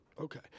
Okay